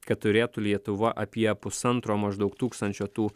kad turėtų lietuva apie pusantro maždaug tūkstančio tų